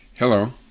Hello